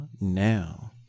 now